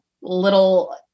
little